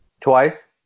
Twice